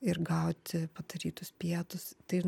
ir gauti padarytus pietus tai